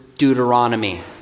Deuteronomy